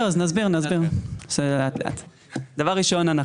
דבר ראשון,